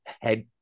head